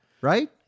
Right